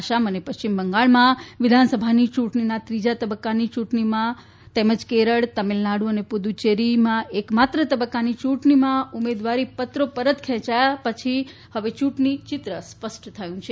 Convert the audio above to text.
આસામ અને પશ્ચિમ બંગાળમાં વિધાનસભાની ચૂંટણીના ત્રીજા તબક્કાની ચૂંટણીમાં તેમજ કેરળ તમિલનાડુ અને પુડચ્ચેરીમાં એક માત્ર તબક્કાની યૂંટણી માટે ઉમેદવારીપત્રો પરત ખેંચાયા પછી ચૂંટણી ચિત્ર સ્પષ્ટ થઈ ગયું છે